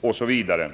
påverkas osv.